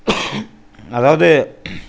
அதாவுது